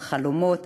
עם חלומות.